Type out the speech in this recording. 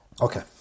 Okay